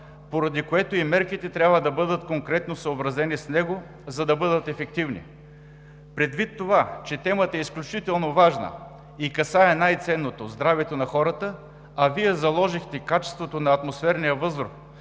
поради което и мерките трябва да бъдат конкретно съобразени с него, за да бъдат ефективни. Предвид това, че темата е изключително важна и касае най ценното – здравето на хората, а Вие заложихте качеството на атмосферния въздух